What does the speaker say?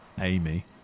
Amy